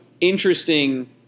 interesting